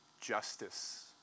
justice